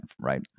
right